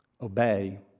obey